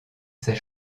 ces